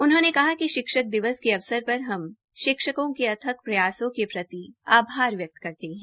उन्होंने कहा कि शिक्षक दिवस के अवसर पर हम अध्यापकों के अथक प्रयासों के प्रति आभार व्यक्त करते हैं